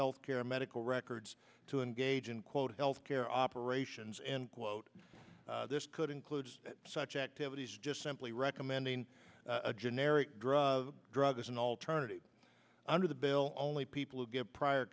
health care or medical records to engage in quote health care operations and quote this could include such activities just simply recommending a generic drug drug as an alternative under the bill only people who get prior